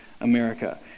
America